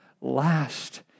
last